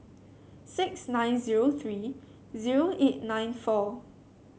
six nine zero three zero eight nine four